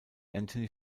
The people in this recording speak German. anthony